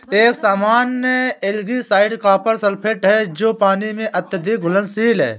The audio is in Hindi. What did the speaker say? एक सामान्य एल्गीसाइड कॉपर सल्फेट है जो पानी में अत्यधिक घुलनशील है